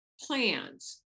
plans